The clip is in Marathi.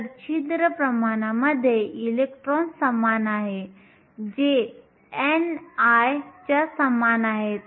तर छिद्र प्रमाणामध्ये इलेक्ट्रॉन समान आहे जे ni च्या समान आहेत